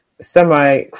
semi